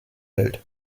welt